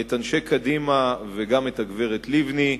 את אנשי קדימה וגם את הגברת לבני: